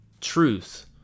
truth